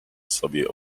sobie